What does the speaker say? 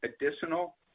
additional